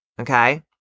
Okay